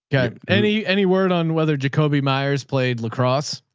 okay. any, any word on whether jacoby meyers played lacrosse?